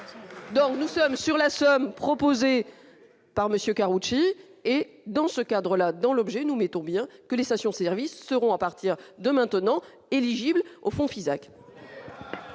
Donc nous sommes sur la somme proposée par monsieur Karoutchi et dans ce cadre là dans l'objet, nous mettons bien que les stations-service seront à partir de maintenant éligible au fonds Fisac.